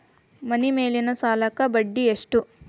ಮನಿ ಮೇಲಿನ ಸಾಲಕ್ಕ ಬಡ್ಡಿ ಎಷ್ಟ್ರಿ?